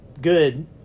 good